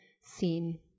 seen